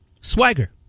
Swagger